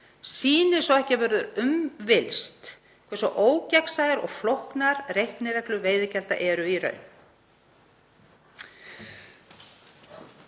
sýnir svo ekki verður um villst hversu ógegnsæjar og flóknar reiknireglur veiðigjalda eru í raun.